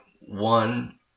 one